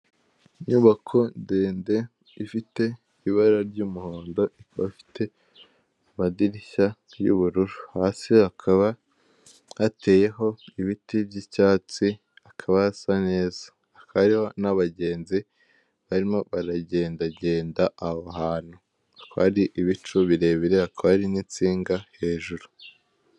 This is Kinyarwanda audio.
Inyubako ndende ifite ibara ry'umuhondo afite amadirishya y'ubururu hasi akaba yateyeho ibiti by'icyatsi akabasa neza hakaba hariyo n'abagenzi barimo baragendagenda ahantu hari ibicu birebire akari n'insinga hejuru.